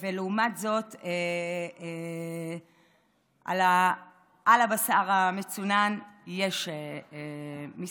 ולעומת זאת על הבשר המצונן יש מיסוי.